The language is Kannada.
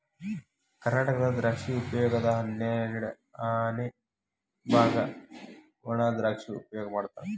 ಕರ್ನಾಟಕದಾಗ ದ್ರಾಕ್ಷಿ ಉಪಯೋಗದ ಹನ್ನೆರಡಅನೆ ಬಾಗ ವಣಾದ್ರಾಕ್ಷಿ ಉಪಯೋಗ ಮಾಡತಾರ